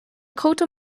cóta